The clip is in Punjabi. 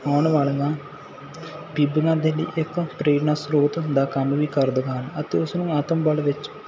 ਆਉਣ ਵਾਲੀਆਂ ਬੀਬੀਆਂ ਦੇ ਲਈ ਇੱਕ ਪ੍ਰੇਰਣਾ ਸਰੋਤ ਦਾ ਕੰਮ ਵੀ ਕਰਦੀਆਂ ਹਨ ਅਤੇ ਉਸਨੂੰ ਆਤਮ ਬਲ ਵਿੱਚ